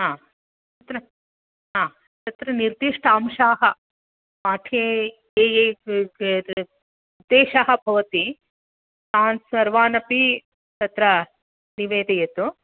तत्र निर्दिष्ठ अंशाः पाठे ये ये तेषां भवति तान् सर्वानपि तत्र निवेदयतु